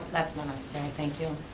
that's not necessary thank you.